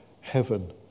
heaven